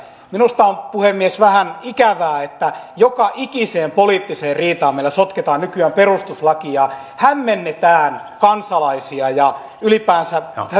minusta on puhemies vähän ikävää että joka ikiseen poliittiseen riitaan meillä sotketaan nykyään perustuslaki ja hämmennetään kansalaisia ja ylipäänsä tätä keskustelua